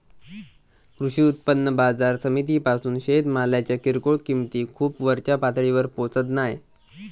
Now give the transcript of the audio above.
कृषी उत्पन्न बाजार समितीपासून शेतमालाच्या किरकोळ किंमती खूप वरच्या पातळीवर पोचत नाय